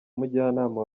umujyanama